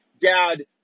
dad